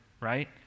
right